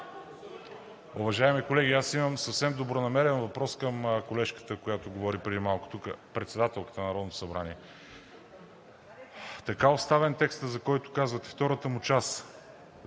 Уважаеми колеги! Аз имам съвсем добронамерен въпрос към колежката, която говори преди малко тук, председателката на Народното събрание. Така оставен, текстът, за който казвате, втората му част,